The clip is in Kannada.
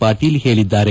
ಪಾಟೀಲ್ ಹೇಳಿದ್ದಾರೆ